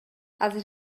азыр